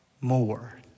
More